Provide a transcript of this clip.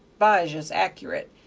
bijah's accurate,